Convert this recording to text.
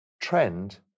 trend